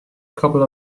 couple